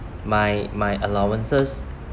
my my allowances